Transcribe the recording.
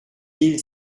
mille